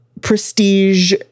prestige